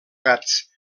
gats